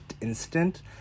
instant